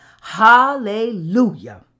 Hallelujah